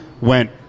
went